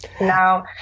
now